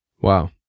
Wow